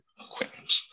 equipment